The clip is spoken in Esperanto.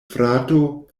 frato